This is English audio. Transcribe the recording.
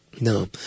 No